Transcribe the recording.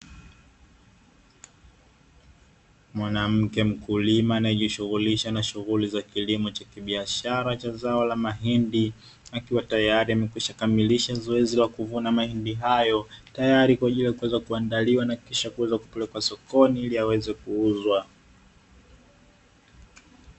Mwanamke mkulima anaye jishughulisha na shughuli za kilimo cha kibiashara cha zao la mahindi, akiwa tayari amekwisha kamilisha zoezi la kuvuna mahindi hayo tayari, kwa ajili ya kuweza kuandaliwa na kisha kuweza kupelekwa sokoni ili yaweze kuuzwa.